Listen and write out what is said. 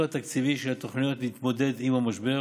התקציבי של התוכנית להתמודד עם המשבר,